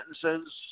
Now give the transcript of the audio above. sentences